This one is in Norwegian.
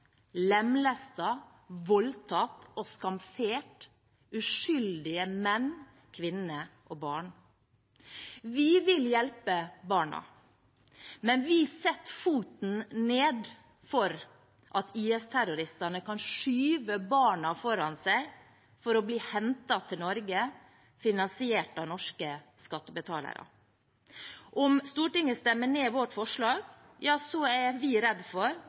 voldtatt og skamfert uskyldige menn, kvinner og barn. Vi vil hjelpe barna, men vi setter foten ned for at IS-terroristene kan skyve barna foran seg for å bli hentet til Norge, finansiert av norske skattebetalere. Om Stortinget stemmer ned vårt forslag, er vi redd for